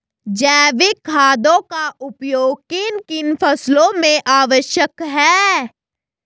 जैविक खादों का उपयोग किन किन फसलों में आवश्यक है?